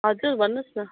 हजुर भन्नुहोस् न